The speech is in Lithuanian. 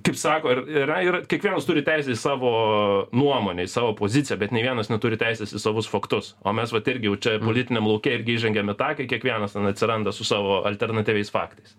kaip sako ir yra ir kiekvienas turi teisę į savo nuomonę į savo poziciją bet nei vienas neturi teisės į savus faktus o mes vat irgi jau čia politiniam lauke irgi įžengiam į tą kai kiekvienas ten atsiranda su savo alternatyviais faktais